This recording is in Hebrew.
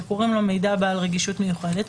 שקוראים לו "מידע בעל רגישות מיוחדת",